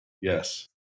Yes